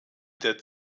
der